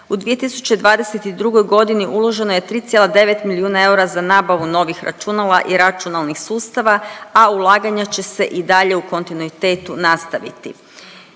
U 2022. godini uloženo je 3,9 milijuna eura za nabavu novih računala i računalnih sustava, a ulaganja će se i dalje u kontinuitetu nastaviti.